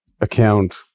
account